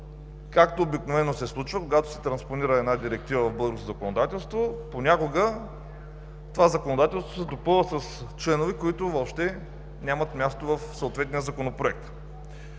както обикновено се случва, когато се транспонира една директива в българското законодателство, понякога това законодателство се допълва с членове, които въобще нямат място в съответния законопроект.